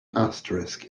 asterisk